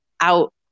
out